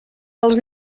els